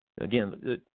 again